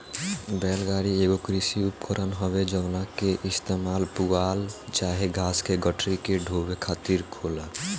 बैल गाड़ी एगो कृषि उपकरण हवे जवना के इस्तेमाल पुआल चाहे घास के गठरी के ढोवे खातिर होला